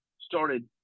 started